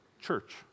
church